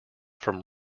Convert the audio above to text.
from